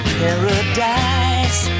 paradise